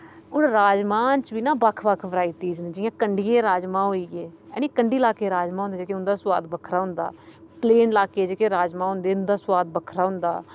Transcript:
हून राजमां च बी नां बक्ख बक्ख वराईटियां न जियां कंडिये राजमां होईये कंडी लाके राजमां होंदे जेह्के उंदा सोआद बक्खरा होंदा पलेन लाके जेह्के राजमां होंदे उंदा सोआद बक्खरा होंदा